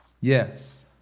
yes